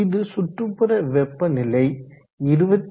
இது சுற்றுப்புற வெப்பநிலை 27